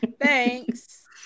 Thanks